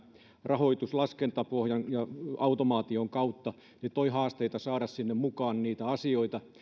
rahoitus laskentapohjan ja automaation kautta toi haasteita saada sinne mukaan niitä asioita